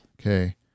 Okay